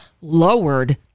lowered